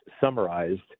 summarized